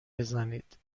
بزنید